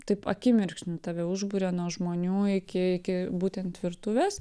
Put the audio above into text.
taip akimirksniu tave užburia nuo žmonių iki iki būtent virtuvės